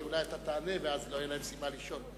כי אולי אתה תענה ואז לא תהיה להם סיבה לשאול.